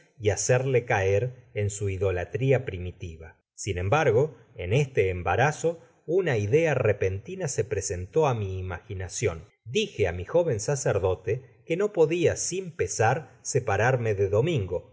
y hacerle caer en su idolatria primitiva sin embargo en este embarazo una idea repentina se presentó á mí imaginacion dije á mi jóven sacerdote que no podia sin pesar separarme de domingo